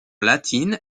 latine